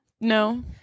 No